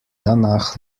danach